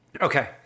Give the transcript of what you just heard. okay